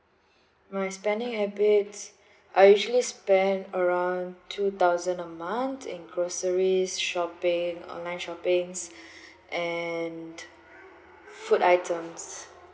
my spending habits I usually spend around two thousand a month in groceries shopping online shoppings and food items